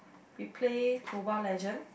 we play Mobile-Legend